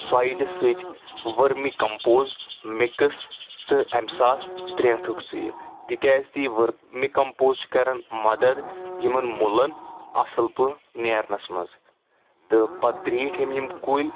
سویِلہِ سۭتۍ vermicompost mix تہٕ امہِ ساتہٕ درٛٮ۪نٛٹھیُک ژٕ یہِ تِکیاز تہِ یہِ ؤرمہِ کَمپوز چھِ کران مَدد یِمَن موٗلَن اَصٕل پٲٹھۍ نَیرنَس منٛز تہٕ پتہٕ درٛیٖٹھۍ اَمۍ یِم کُلۍ